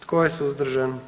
Tko je suzdržan?